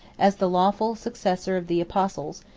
as the lawful successor of the apostles,